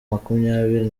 makumyabiri